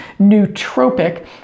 nootropic